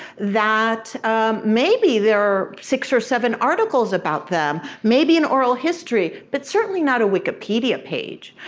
that maybe there are six or seven articles about them, maybe in oral history, but certainly not a wikipedia page.